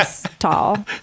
tall